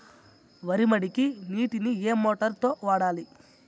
వరి మడికి నీటిని ఏ మోటారు తో వాడాలి?